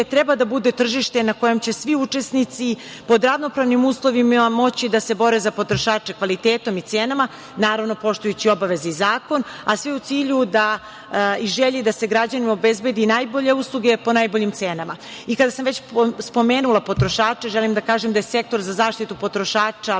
treba da bude tržište na kojem će svi učesnici pod radnopravnim uslovima moći da se bore za potrošače kvalitetom i cenama, naravno, poštujući obaveze i zakon, a sve u cilju i želji da se građanima obezbede najbolje usluge po najboljim cenama.I kada sam već spomenula potrošače, želim da kažem da je sektor za zaštitu potrošača